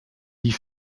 die